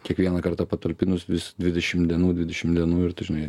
kiekvieną kartą patalpinus vis dvidešim dienų dvidešim dienų ir tu žinai